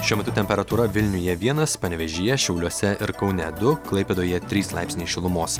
šiuo metu temperatūra vilniuje vienas panevėžyje šiauliuose ir kaune du klaipėdoje trys laipsniai šilumos